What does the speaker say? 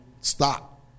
Stop